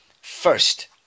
first